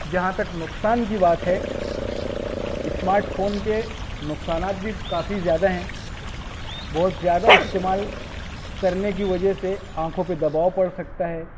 جہاں تک نقصان کی بات ہے اسمارٹ فون کے نقصانات بھی کافی زیادہ ہیں بہت زیادہ استعمال کرنے كى وجہ سے آنكھوں پہ دباؤ پڑ سكتا ہے